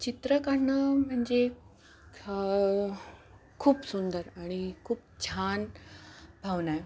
चित्र काढणं म्हणजे खूप सुंदर आणि खूप छान भावना आहे